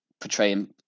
portraying